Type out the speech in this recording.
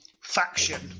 faction